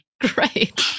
Great